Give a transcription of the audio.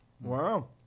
Wow